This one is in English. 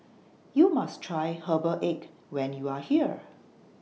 YOU must Try Herbal Egg when YOU Are here